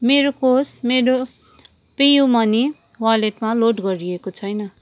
मेरो कोष मेरो पेयु मनी वालेटमा लोड गरिएको छैन